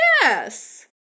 Yes